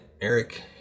Eric